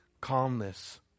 calmness